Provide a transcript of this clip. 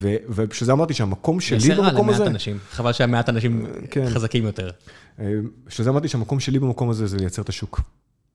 ובשביל זה אמרתי שהמקום שלי במקום הזה... - בסדר, על מעט אנשים. חבל שהם מעט אנשים חזקים יותר. - בשביל זה אמרתי שהמקום שלי במקום הזה זה לייצר את השוק.